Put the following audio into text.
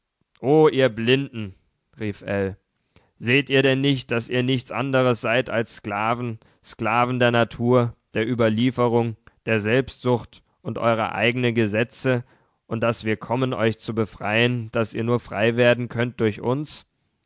ihr blinden rief ell seht ihr denn nicht daß ihr nichts anderes seid als sklaven sklaven der natur der überlieferung der selbstsucht und eurer eigenen gesetze und daß wir kommen euch zu befreien daß ihr nur frei werden könnt durch uns